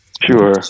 Sure